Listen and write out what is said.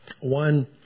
One